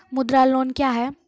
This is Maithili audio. मुद्रा लोन क्या हैं?